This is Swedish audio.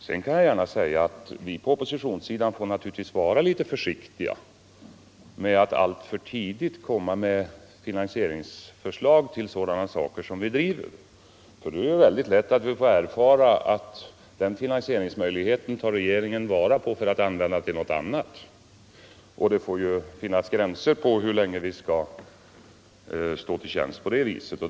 Men jag kan gärna medge att oppositionssidan får vara litet försiktig med att alltför tidigt komma med finansieringsförslag till frågor som vi driver, eftersom vi då lätt kan göra den erfarenheten att regeringen tar vara på den finansieringsmöjligheten för något annat ändamål — och det får ju finnas gränser för hur länge vi skall stå till tjänst på det viset.